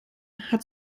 hat